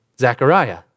Zechariah